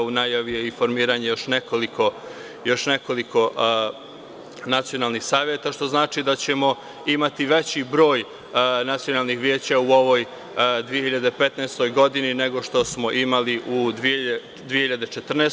U najavi je i formiranje još nekoliko nacionalnih saveta, što znači da ćemo imati veći broj nacionalnih veća u ovoj 2015. godini, nego što smo imali u 2014.